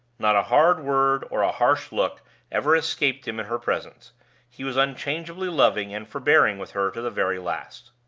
not a hard word or a harsh look ever escaped him in her presence he was unchangeably loving and forbearing with her to the very last.